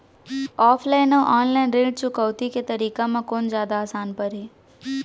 Offline अऊ online ऋण चुकौती के तरीका म कोन जादा आसान परही?